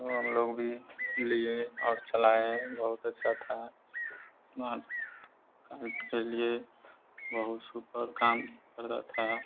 तो हम लोग भी लिए और चलाएं बहुत अच्छा था स्मार्ट काम के लिए बहुत सुपर काम करता था